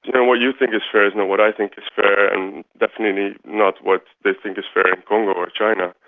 and what you think is fair is not what i think is fair and definitely not what they think is fair in congo or china.